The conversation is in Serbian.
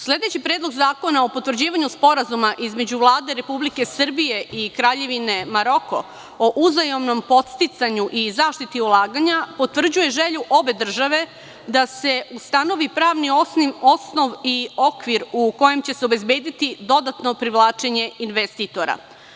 Sledeći Predlog zakona o potvrđivanju Sporazuma između Vlade Republike Srbije i Kraljevine Maroko o uzajamnom podsticanju i zaštiti ulaganja potvrđuje želju obe države da se ustanovi pravni osnov i okvir u kojem će se obezbediti dodatno privlačenje investitora.